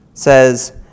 says